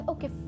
Okay